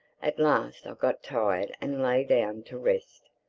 at last i got tired and lay down to rest.